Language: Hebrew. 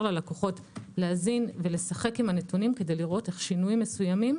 ללקוחות להזין ולשחק עם הנתונים כדי לראות איך שינויים מסוימים